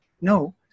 No